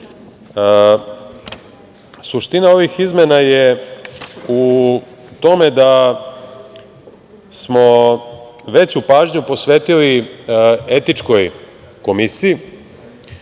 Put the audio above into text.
godine. Suština ovih izmena je u tome da smo veću pažnju posvetili etičkoj komisiji,